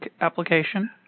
application